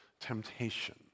temptation